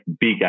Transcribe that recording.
big